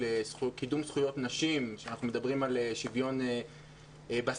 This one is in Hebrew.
קידום זכויות נשים כשאנחנו מדברים על שוויון בשכר,